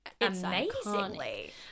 Amazingly